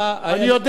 אבל אתה לא צריך.